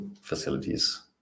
facilities